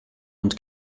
und